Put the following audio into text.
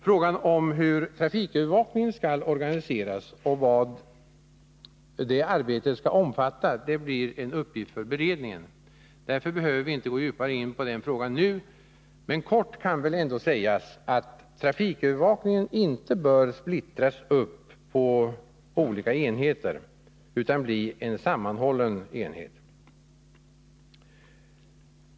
Frågan om var trafikövervakningen skall organiseras och vad det arbetet skall omfatta blir en uppgift för beredningen. Därför behöver vi inte gå djupare in på den frågan nu. Kort kan ändå sägas att trafikövervakningen inte bör splittras upp på olika enheter utan skötas inom en sammanhållen enhet.